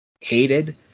hated